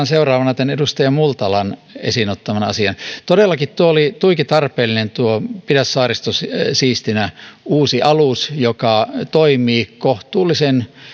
seuraavana tämän edustaja multalan esiin ottaman asian todellakin oli tuiki tarpeellinen tuo uusi pidä saaristo siistinä alus joka toimii kohtuullisen